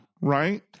right